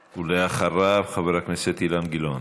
ואחריו, חבר הכנסת אילן גילאון.